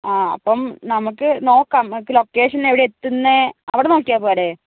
ആ അപ്പോൾ നമുക്ക് നോക്കാം നമുക്ക് ലൊക്കേഷൻ എവിടെയാ എത്തുന്നത് അവിടെ നോക്കിയാപ്പോരേ